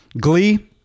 Glee